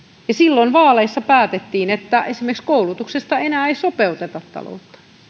silloin vaaleissa päätettiin että esimerkiksi koulutuksesta ei enää sopeuteta taloutta